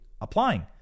applying